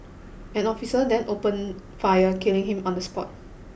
an officer then opened fire killing him on the spot